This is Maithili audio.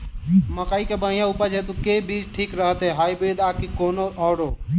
मकई केँ बढ़िया उपज हेतु केँ बीज ठीक रहतै, हाइब्रिड आ की कोनो आओर?